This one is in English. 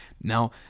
Now